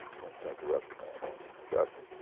when senator russell ran for governor.